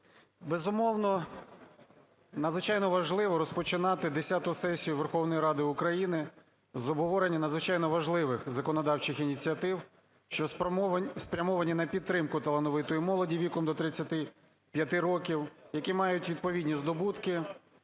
Безумовно, надзвичайно важливо розпочинати десяту сесію Верховної Ради України з обговорення надзвичайно важливих законодавчих ініціатив, що спрямовані на підтримку талановитої молоді віком до 35 років, які мають відповідні здобутки